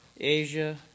Asia